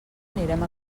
anirem